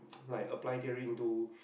like apply theory into